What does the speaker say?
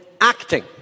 acting